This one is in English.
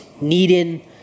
needing